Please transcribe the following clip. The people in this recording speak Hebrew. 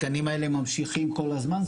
התקנים האלה ממשיכים כל הזמן.